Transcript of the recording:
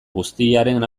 guztiaren